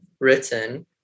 written